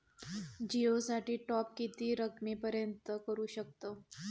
जिओ साठी टॉप किती रकमेपर्यंत करू शकतव?